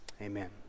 Amen